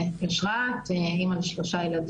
הייתי בזוגיות אלימה שלוש עשרה שנים.